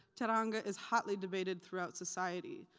teranga is hotly debated throughout society,